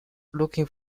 looking